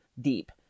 deep